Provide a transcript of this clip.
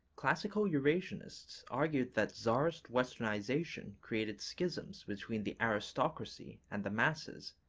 classical eurasianists argued that czarist westernization created schisms between the aristocracy and the masses,